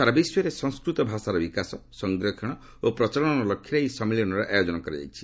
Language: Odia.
ସାରା ବିଶ୍ୱରେ ସଂସ୍କୃତ ଭାଷାର ବିକାଶ ସଂରକ୍ଷଣ ଓ ପ୍ରଚଳନ ଲକ୍ଷ୍ୟରେ ଏହି ସମ୍ମିଳନୀର ଆୟୋଜନ କରାଯାଇଛି